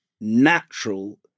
natural